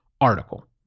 article